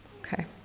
Okay